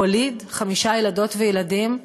הוא הוליד חמישה ילדות וילדים,